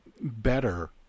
better